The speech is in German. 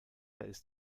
ist